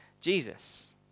Jesus